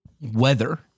weather